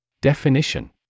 Definition